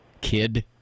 kid